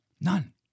None